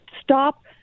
stop